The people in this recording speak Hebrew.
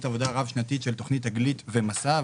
עבודה רב-שנתית של תוכנית תגלית ומסע,